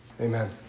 Amen